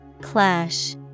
Clash